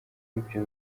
ivyo